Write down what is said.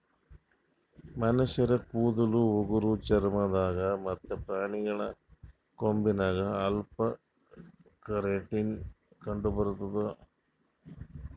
ಮನಶ್ಶರ್ ಕೂದಲ್ ಉಗುರ್ ಚರ್ಮ ದಾಗ್ ಮತ್ತ್ ಪ್ರಾಣಿಗಳ್ ಕೊಂಬಿನಾಗ್ ಅಲ್ಫಾ ಕೆರಾಟಿನ್ ಕಂಡಬರ್ತದ್